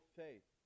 faith